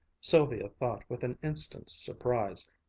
sylvia thought with an instant's surprise,